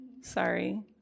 Sorry